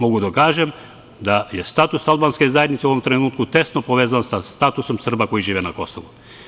Mogu da kažem, da je status albanske zajednice u ovom trenutku tesno povezan sa statusom Srba koji žive na Kosovu.